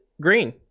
Green